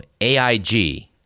AIG